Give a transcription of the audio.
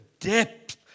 depth